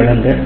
விளக்குவேன்